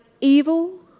evil